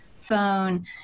phone